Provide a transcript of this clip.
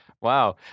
Wow